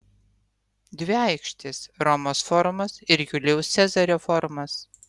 dvi aikštės romos forumas ir julijaus cezario forumas